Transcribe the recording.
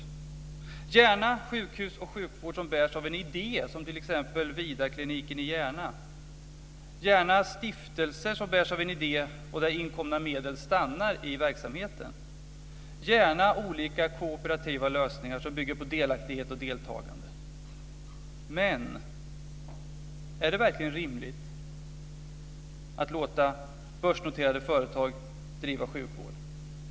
Vi ser gärna sjukhus och sjukvård som bärs av en idé, som t.ex. Vidarkliniken i Järna. Vi ser gärna stiftelser som bärs av en idé och där inkomna medel stannar i verksamheten. Vi ser gärna olika kooperativa lösningar som bygger på delaktighet och deltagande. Men är det verkligen rimligt att låta börsnoterade företag driva sjukvård?